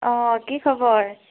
অ কি খবৰ